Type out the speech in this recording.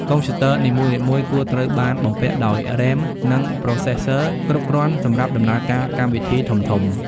កុំព្យូទ័រនីមួយៗគួរត្រូវបានបំពាក់ដោយ RAM និង Processor គ្រប់គ្រាន់សម្រាប់ដំណើរការកម្មវិធីធំៗ។